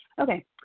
Okay